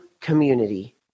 community